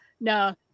no